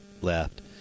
left